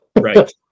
right